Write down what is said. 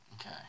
Okay